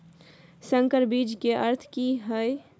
संकर बीज के अर्थ की हैय?